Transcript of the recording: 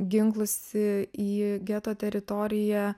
ginklus į geto teritoriją